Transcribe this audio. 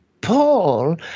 Paul